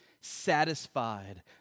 satisfied